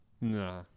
Nah